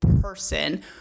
person